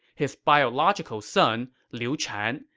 his biological son, liu chan,